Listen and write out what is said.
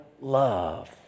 love